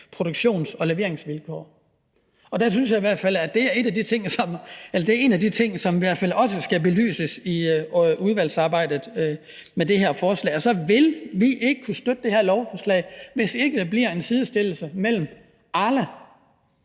produktions- og leveringsvilkår. Der synes jeg, at det er en af de ting, som i hvert fald også skal belyses i udvalgsarbejdet med det her forslag. Vi vil ikke kunne støtte det her lovforslag, hvis ikke der bliver en sidestillelse mellem Arla